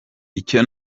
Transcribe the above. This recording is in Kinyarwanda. icyo